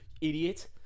idiot